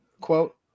quote